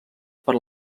per